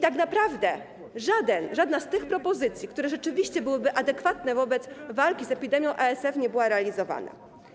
Tak naprawdę żadna z tych propozycji, które rzeczywiście byłyby adekwatne wobec walki z epidemią ASF, nie była realizowana.